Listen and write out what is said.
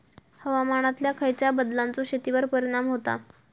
हवामानातल्या खयच्या बदलांचो शेतीवर परिणाम होता?